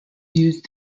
used